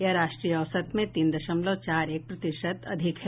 यह राष्ट्रीय औसत से तीन दशमलव चार एक प्रतिशत अधिक है